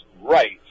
right